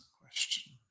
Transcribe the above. question